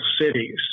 cities